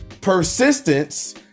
Persistence